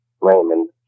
Raymond